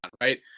right